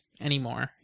anymore